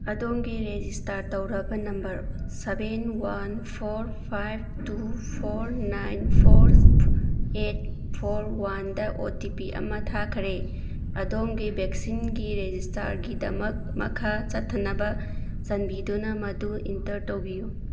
ꯑꯗꯣꯝꯒꯤ ꯔꯦꯖꯤꯁꯇꯔ ꯇꯧꯔꯕ number seven one four five two four nine four eight four ꯋꯥꯟꯗ O T P ꯑꯃ ꯊꯥꯈꯔꯦ ꯑꯗꯣꯝꯒꯤ ꯚꯦꯛꯁꯤꯟꯒꯤ ꯔꯦꯖꯤꯁꯇꯥꯔꯒꯤꯗꯃꯛ ꯃꯈꯥ ꯆꯠꯊꯅꯕ ꯆꯥꯟꯕꯤꯗꯨꯅ ꯃꯗꯨ ꯏꯟꯇꯔ ꯇꯧꯕꯤꯌꯨ